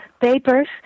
papers